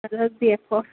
اَدٕ حظ بیٚہہ